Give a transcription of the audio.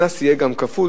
הקנס יהיה גם כפול,